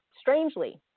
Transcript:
Strangely